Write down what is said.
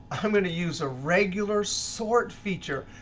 i'm going to use a regular sort feature.